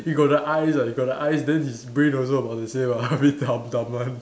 he got the eyes ah he got the eyes then his brain also about the same ah a bit dumb dumb one